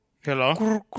Hello